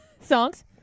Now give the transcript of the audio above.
songs